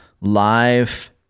live